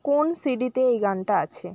কোন সিডিতে এই গানটা আছে